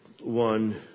one